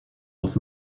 was